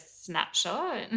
snapshot